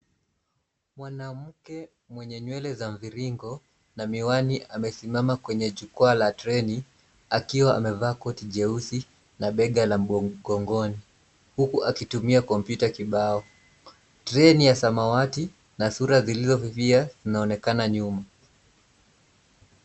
Mwanamke mwenye nywele za mviringo na miwani amesimama kwenye jukwaa la treni akiwa amevaa koti jeusi na la bega la mgongoni, huku akitumia kompyuta kibao. Treni ya samawati na sura zilizofifia zinaonekana nyuma.